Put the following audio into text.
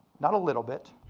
not a little bit.